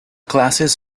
classes